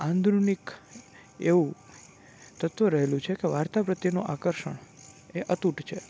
આંદરૂનિક એવું તત્ત્વ રહેલું છે કે વાર્તા પ્રત્યેનો આકર્ષણ એ અતૂટ છે